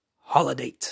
holiday